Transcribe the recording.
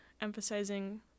emphasizing